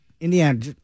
Indiana